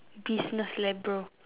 business leh bro